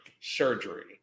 surgery